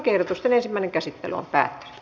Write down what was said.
lakiehdotusten ensimmäinen käsittely alkaa